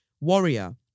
Warrior